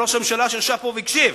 וראש הממשלה ישב פה והקשיב,